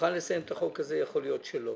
שנוכל לסיים את החוק הזה ויכול להיות שלא.